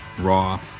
raw